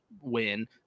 win